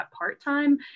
part-time